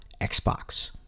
Xbox